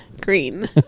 green